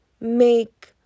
make